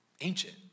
ancient